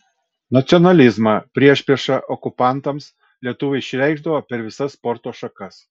nacionalizmą priešpriešą okupantams lietuviai išreikšdavo per visas sporto šakas